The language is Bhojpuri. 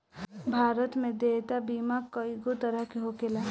भारत में देयता बीमा कइगो तरह के होखेला